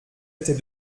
était